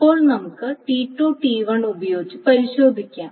ഇപ്പോൾ നമുക്ക് T2T1 ഉപയോഗിച്ച് പരിശോധിക്കാം